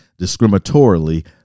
discriminatorily